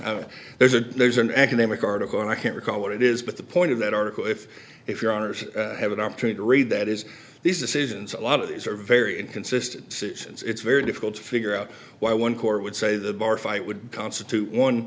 that there's a there's an economic article and i can't recall what it is but the point of that article if if your honour's have an opportunity to read that is these decisions a lot of these are very inconsistent situations it's very difficult to figure out why one court would say the bar fight would constitute one